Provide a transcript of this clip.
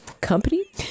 Company